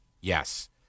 Yes